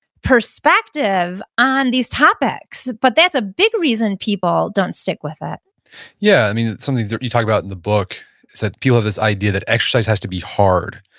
perspective on these topics. but that's a big reason people don't stick with it yeah. i mean, something you talk about in the book is that people have this idea that exercise has to be hard.